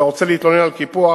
אתה רוצה להתלונן על קיפוח?